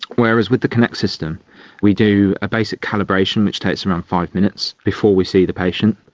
whereas with the kinect system we do a basic calibration which takes around five minutes before we see the patient,